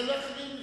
תן לאחרים לקרוא.